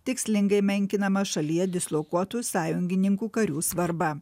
tikslingai menkinama šalyje dislokuotų sąjungininkų karių svarba